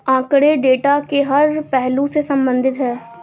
आंकड़े डेटा के हर पहलू से संबंधित है